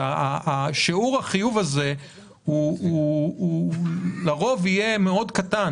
שיעור החיוב הזה לרוב יהיה קטן מאוד,